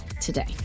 today